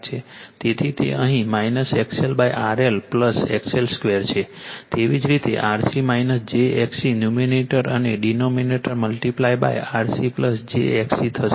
તેથી તે અહીં XLRL XL2 છે તેવી જ રીતે RC j XC ન્યૂમરેટર અને denominator multiply RC j XC થશે